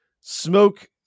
smoke